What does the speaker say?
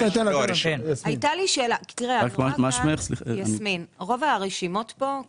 ברוב העמותות שמופיעות ברשימה,